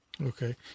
Okay